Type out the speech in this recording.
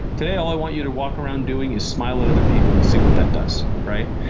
today all i want you to walk around doing is smile at other people and see what that does. right?